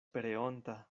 pereonta